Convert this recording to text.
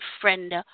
friend